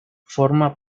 forma